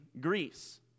greece